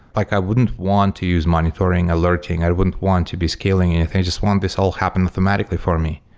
like i wouldn't want to use monitoring, alerting. i wouldn't want to be scaling anything. i just want this whole happen automatically for me.